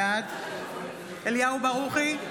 בעד אליהו ברוכי,